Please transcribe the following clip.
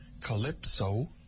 Calypso